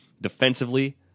defensively